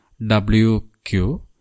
wq